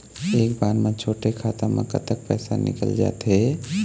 एक बार म छोटे खाता म कतक पैसा निकल जाथे?